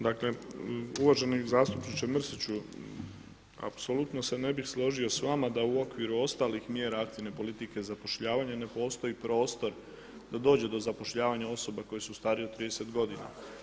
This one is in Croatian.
Dakle, uvaženi zastupniče Mrsiću, apsolutno se ne bih složio s vama da u okviru ostalih mjera aktivne politike zapošljavanja ne postoji prostor da dođe do zapošljavanja osoba koje su starije od 30 godina.